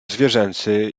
zwierzęcy